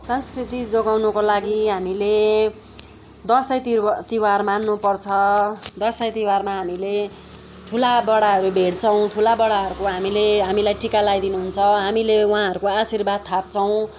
संस्कृति जोगाउनुको लागि हामीले दसैँ तिहा तिहार मान्नुपर्छ दसैँ तिहारमा हामीले ठुलाबडाहरू भेट्छौँ ठुलाबडाहरूको हामीले हामीलाई टिका लगाइदिनुहुन्छ हामीले उहाँहरूको आशीर्वाद थाप्छौँ